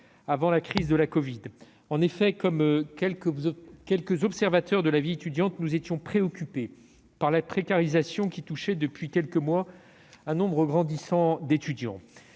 avant la crise de la covid. En effet, comme certains observateurs de la vie étudiante, nous étions préoccupés par la précarisation qui touchait depuis plusieurs mois un nombre grandissant d'étudiants.